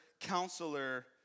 Counselor